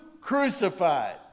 crucified